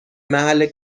محل